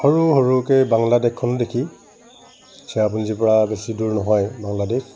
সৰু সৰুকৈ বাংলাদেশখনো দেখি চেৰাপুঞ্জীৰপৰা বেছি দূৰ নহয় বাংলাদেশ